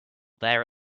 there